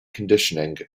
conditioning